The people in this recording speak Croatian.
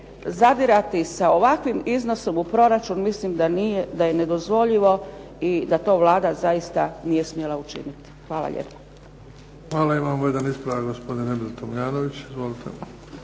zadirati sa ovakvim iznosom u proračun mislim da je nedozvoljivo i da to Vlada zaista nije smjela učiniti. Hvala lijepa. **Bebić, Luka (HDZ)** Hvala. Imamo jedan ispravak. Gospodin Emil Tomljanović.